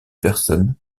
personne